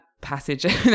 passage